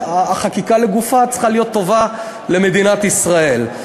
החקיקה לגופה צריכה להיות טובה למדינת ישראל.